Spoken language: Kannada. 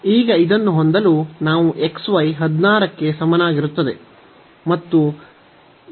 ಈಗ ಇದನ್ನು ಹೊಂದಲು ಈ xy 16 ಗೆ ಸಮನಾಗಿರುತ್ತದೆ ಮತ್ತು ನಂತರ ಇದು y x ಗೆ ಸಮನಾಗಿರುತ್ತದೆ